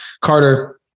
Carter